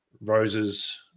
Rose's